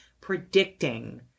predicting